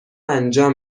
انجام